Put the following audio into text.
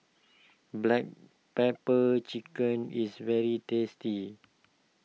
Black Pepper Chicken is very tasty